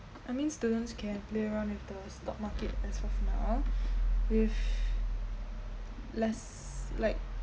I mean students can play around with the stock market as of now with less like